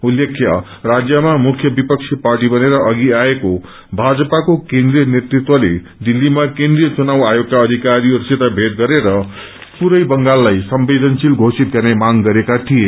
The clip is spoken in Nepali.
उल्लेख्य राजयमाम् ुख्य विपक्षी पार्टी बनेर अघि आएको भाजपाको केन्द्रियय नेतृत्वले दिल्लीमा केन्द्रिय चुनाव आयोगका अधिकारीहरूसित भेट गरेर पूरै बंगाललाई संवेदनशील घोषित गर्ने मांग गरेका थिए